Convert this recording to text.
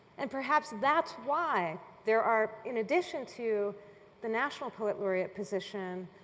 and perhaps that's why there are in addition to the national poet laureate position,